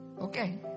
Okay